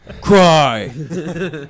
Cry